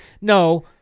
no